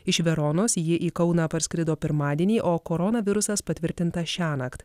iš veronos ji į kauną parskrido pirmadienį o koronavirusas patvirtintas šiąnakt